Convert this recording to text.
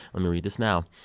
me read this now.